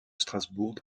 strasbourg